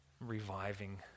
reviving